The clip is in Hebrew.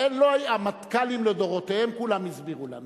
אין, המנכ"לים לדורותיהם, כולם הסבירו לנו.